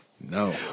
no